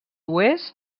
oest